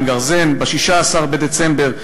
6 בדצמבר,